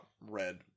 red